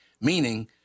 meaning